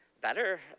Better